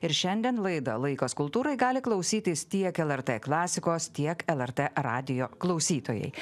ir šiandien laidą laikas kultūrai gali klausytis tiek lrt klasikos tiek lrt radijo klausytojai